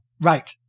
Right